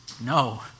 No